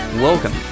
Welcome